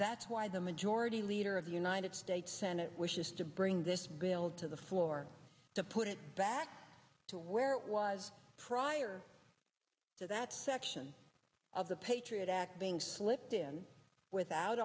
that's why the majority leader of the united states senate wishes to bring this bill to the floor to put it back to where it was prior to that section of the patriot act being slipped in without